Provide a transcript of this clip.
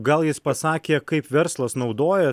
gal jis pasakė kaip verslas naudoja